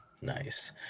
nice